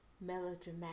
melodramatic